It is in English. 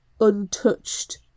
untouched